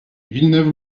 villeneuve